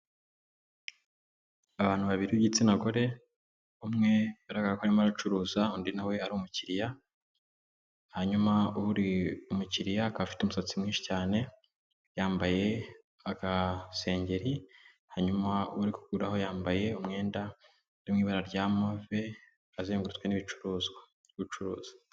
Abantu babiri b'igitsina gore, umwe agaragara ko arimo aracuruza undi nawe ari umukiriya hanyuma uri umukiriya akaba afite umusatsi mwinshi cyane, yambaye agasengeri hanyuma uri kugura we yambaye umwenda uri mu ibara rya move, azengurutswe n'ibicuruzwa byo gucuruza.